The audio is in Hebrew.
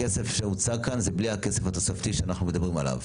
הכסף שהוצג כאן זה בלי הכסף התוספתי שאנחנו מדברים עליו.